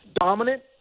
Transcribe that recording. dominant